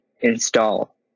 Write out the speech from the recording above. install